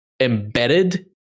embedded